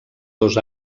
dos